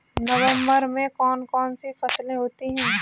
नवंबर में कौन कौन सी फसलें होती हैं?